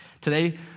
Today